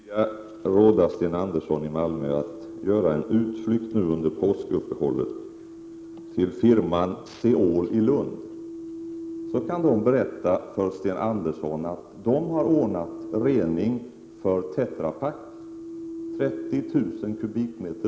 Herr talman! Jag skulle vilja råda Sten Andersson i Malmö att göra en utflykt nu under påskuppehållet till firman Zeoli Lund. Där kan man berätta för honom att man har ordnat rening för Tetrapak av 30 000 m?